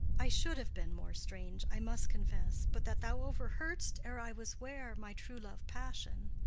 i should have been more strange, i must confess, but that thou overheard'st, ere i was ware, my true-love passion.